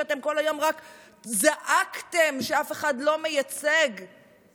שאתם כל היום רק זעקתם שאף אחד לא מייצג אותם.